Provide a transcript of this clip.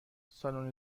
سالن